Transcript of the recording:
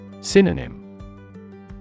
Synonym